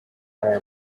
are